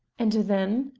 and then?